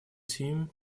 team